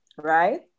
right